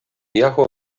yahoo